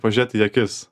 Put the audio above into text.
pažėt į akis